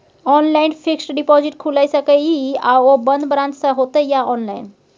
Online fixed deposit खुईल सके इ आ ओ बन्द ब्रांच स होतै या ऑनलाइन?